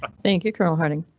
thank you colonel harting.